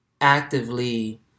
actively